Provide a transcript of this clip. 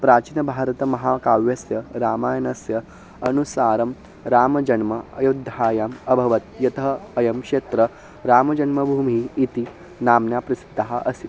प्राचीनभारतमहाकाव्यस्य रामायणस्य अनुसारं रामजन्म अयोद्ध्यायाम् अभवत् यतः अयं क्षेत्रं रामजन्मभूमिः इति नाम्ना प्रसिद्धम् अस्ति